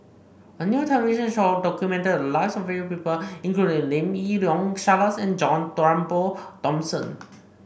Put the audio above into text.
a new television show documented the lives of various people including Lim Yi Yong Charles and John Turnbull Thomson